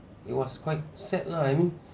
it was quite sad lah I mean